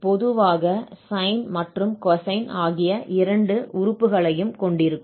பொதுவாக sine மற்றும் cosine ஆகிய இரண்டு உறுப்புகளையும் கொண்டிருக்கும்